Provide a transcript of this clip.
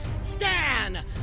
Stan